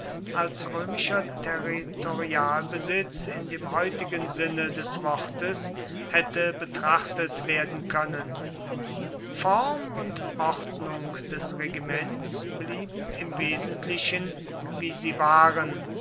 als römischer territorialbesitz in dem heutigen sinne des wortes hätte betrachtet werden können form und ordnung des regiments blieben im wesentlichen wie sie waren